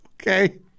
okay